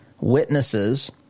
witnesses